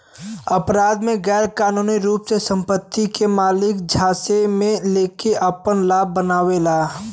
अपराध में गैरकानूनी रूप से संपत्ति के मालिक झांसे में लेके आपन लाभ बनावेला